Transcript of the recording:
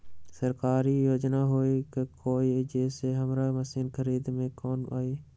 सरकारी योजना हई का कोइ जे से हमरा मशीन खरीदे में काम आई?